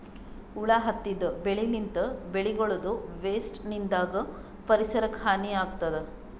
ಹುಳ ಹತ್ತಿದ್ ಬೆಳಿನಿಂತ್, ಬೆಳಿಗಳದೂ ವೇಸ್ಟ್ ನಿಂದಾಗ್ ಪರಿಸರಕ್ಕ್ ಹಾನಿ ಆಗ್ತದ್